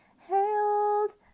hailed